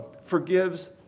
forgives